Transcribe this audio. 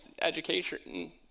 education